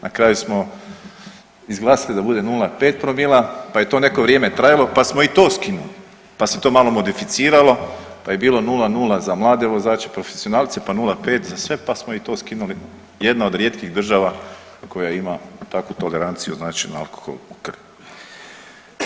Na kraju smo izglasali da bude 0,5 promila pa je to neko vrijeme trajalo pa smo i to skinuli, pa se to malo modificiralo, pa je bilo 0,0 za mlade vozače, profesionalce, pa 0,5 za sve, pa smo i to skinuli, jedna od rijetkih država koja ima takvu to garanciju znači na alkohol u krvi.